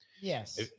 Yes